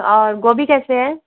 और गोभी कैसे है